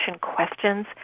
questions